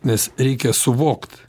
nes reikia suvokt